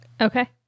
Okay